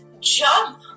jump